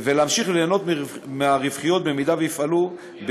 ולהמשיך ליהנות מרווחיות, אם יפעלו,